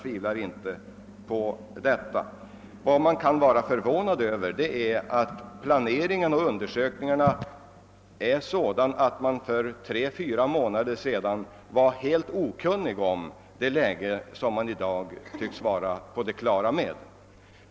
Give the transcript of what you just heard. Vi kan väl inte undgå att vara förvånade över att planeringen och undersökningarna har gjorts på sådant sätt att man för tre månader sedan var helt okunnig om det läge som man i dag tycks vara helt på det klara med. är det så?